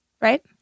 right